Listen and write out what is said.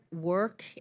work